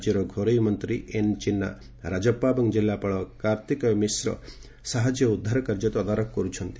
ରାଜ୍ୟର ଘରୋଇ ମନ୍ତ୍ରୀ ଏନ ଚିନା ରାଜପ୍ସା ଏବଂ ଜିଲ୍ଲାପାଳ କାର୍ତ୍ତିକେୟ ମିଶ୍ର ସାହାଯ୍ୟ ଓ ଉଦ୍ଧାର କାର୍ଯ୍ୟ ତଦାରଖ କର୍ ଚୁଛନ୍ତି